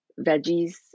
veggies